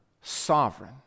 sovereign